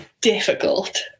difficult